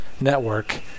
network